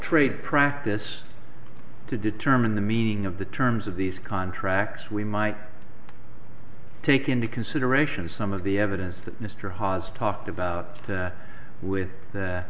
trade practice to determine the meaning of the terms of these contracts we might take into consideration some of the evidence that mr hawes talked about with the